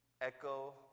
echo